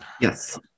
yes